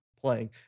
playing